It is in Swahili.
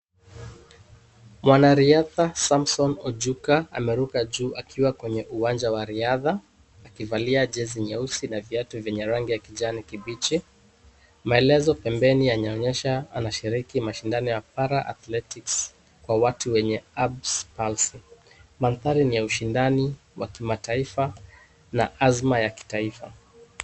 Mwanariadha Samson Ojuka ameruka juu akiwa kwenye uwanja wa riadha akivalia jezi nyeusi na viatu vyenye rangi ya kijani kibichi. Maelezo pembeni yanaonyesha anashiriki mashindano ya Para-athletics kwa watu wenye abs pulsy . Mandhari ni ya ushindani wa kimataifa na azma ya kitaifa.